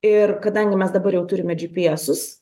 ir kadangi mes dabar jau turime džipiesus